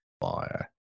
Fire